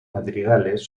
madrigales